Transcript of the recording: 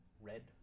red